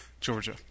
Georgia